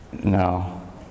No